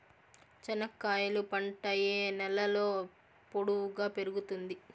చెనక్కాయలు పంట ఏ నేలలో పొడువుగా పెరుగుతుంది?